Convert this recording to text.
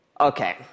Okay